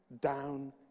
down